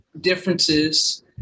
differences